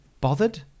bothered